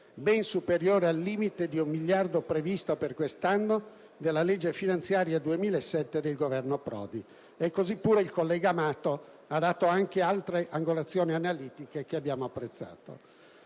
ben superiore al limite di un miliardo previsto per quest'anno dalla legge finanziaria 2007 del Governo Prodi. Allo stesso modo il collega Amato ha richiamato altre angolazioni analitiche da noi apprezzate.